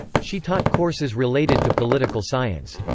she taught courses related to political science.